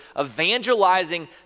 evangelizing